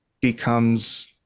becomes